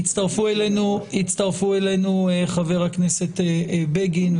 הצטרפו אלינו חבר הכנסת בגין,